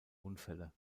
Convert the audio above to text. unfälle